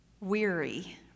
weary